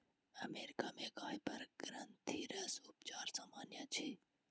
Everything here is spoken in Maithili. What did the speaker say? अमेरिका में गाय पर ग्रंथिरस उपचार सामन्य अछि